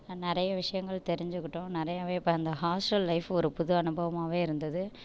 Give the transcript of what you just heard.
நிறைய விஷயங்கள் தெரிஞ்சிக்கிட்டோம் நிறையவே இப்போ இந்த ஹாஸ்டல் லைஃப் ஒரு புது அனுபவமாகவே இருந்துது